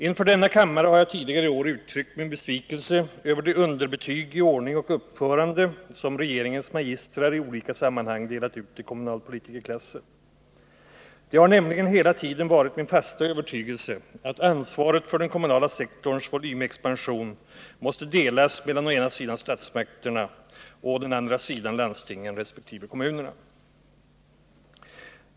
Inför denna kammare har jag tidigare i år uttryckt min besvikelse över de underbetyg i ordning och uppförande som regeringens magistrar i olika sammanhang delat ut till kommunalpolitiker i klassen. Det har nämligen hela tiden varit min fasta övertygelse att ansvaret för den kommunala sektorns volymexpansion måste delas mellan å ena sidan statsmakterna och å andra sidan landstingen resp. kommunerna.